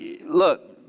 look